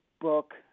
book